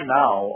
now